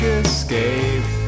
escape